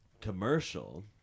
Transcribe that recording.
commercial